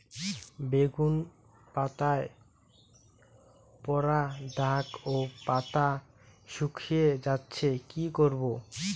বেগুন পাতায় পড়া দাগ ও পাতা শুকিয়ে যাচ্ছে কি করব?